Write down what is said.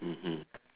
mmhmm